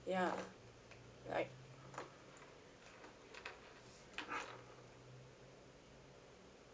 ya like